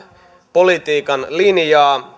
politiikan linjaa